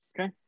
Okay